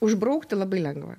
užbraukti labai lengva